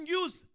use